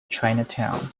chinatown